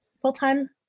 full-time